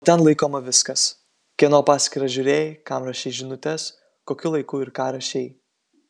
o ten laikoma viskas kieno paskyrą žiūrėjai kam rašei žinutes kokiu laiku ir ką rašei